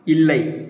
இல்லை